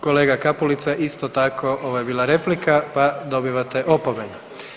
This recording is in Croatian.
Kolega Kapulica isto tako ovo je bila replika, pa dobivate opomenu.